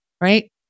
Right